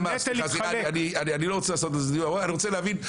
אני לא רוצה לעשות, אני רוצה להבין.